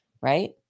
right